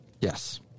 Yes